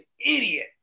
idiot